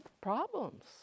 problems